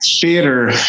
theater